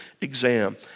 exam